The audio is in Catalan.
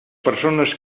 persones